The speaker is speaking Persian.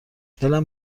دلم